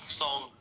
song